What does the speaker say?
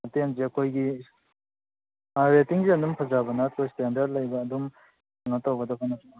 ꯍꯣꯇꯦꯜꯁꯦ ꯑꯩꯈꯣꯏꯒꯤ ꯑꯥ ꯔꯦꯠꯇꯤꯡꯁꯦ ꯑꯗꯨꯝ ꯐꯖꯕ ꯅꯠꯇ꯭ꯔꯣ ꯁ꯭ꯇꯦꯅꯗꯔꯗ ꯂꯩꯕ ꯑꯗꯨꯝ ꯀꯩꯅꯣ ꯇꯧꯒꯗꯕ ꯅꯠꯇ꯭ꯔꯣ